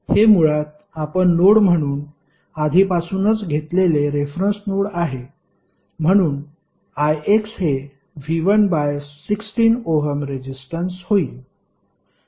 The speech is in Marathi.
हे मुळात आपण नोड म्हणून आधीपासूनच घेतलेले रेफरन्स नोड आहे म्हणून Ix हे V1 बाय 16 ओहम रेसिस्टन्स होईल